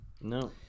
no